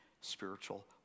spiritual